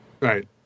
Right